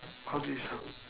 how do you so